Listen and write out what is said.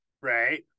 right